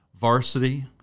Varsity